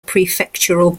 prefectural